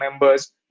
members